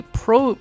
pro